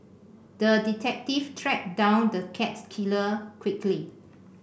the detective tracked down the cat killer quickly